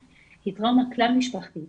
היא טראומה כלל-משפחתית